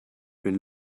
been